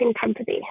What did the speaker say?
company